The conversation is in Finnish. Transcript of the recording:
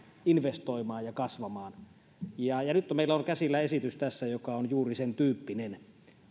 investoimaan ja kasvamaan nyt meillä on käsillä tässä esitys joka on juuri sen tyyppinen